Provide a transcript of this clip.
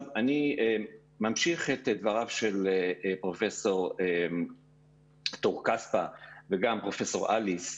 אני ממשיך את דבריו של פרופ' טור-כספא וגם פרופ' אליס,